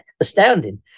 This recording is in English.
astounding